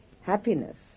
happiness